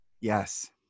yes